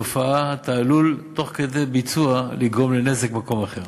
תופעה אתה עלול תוך כדי ביצוע לגרום נזק במקום אחר.